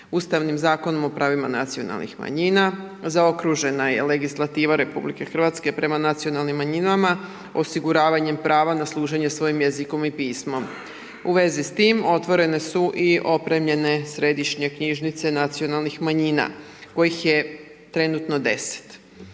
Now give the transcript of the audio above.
Ustavnim zakonom o pravima nacionalnih manjina, zaokružena je legislativa RH prema nacionalnim manjinama, osiguravanjem prava na služenje svojim jezikom i pismom. U vezi s tim, otvorene su i opremljene središnje knjižnice nacionalnih manjina kojih je trenutno 10.